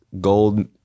gold